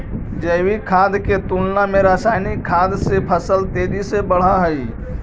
जैविक खाद के तुलना में रासायनिक खाद से फसल तेजी से बढ़ऽ हइ